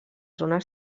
zones